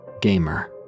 Gamer